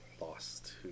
lost